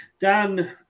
Dan